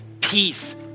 peace